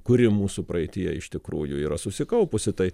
kuri mūsų praeityje iš tikrųjų yra susikaupusi tai